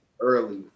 early